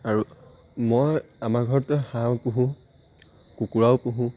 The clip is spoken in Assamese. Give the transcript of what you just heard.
আৰু মই আমাৰ ঘৰত হাঁহ পোহোঁ কুকুৰাও পুহোঁ